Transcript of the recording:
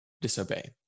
disobey